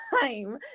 time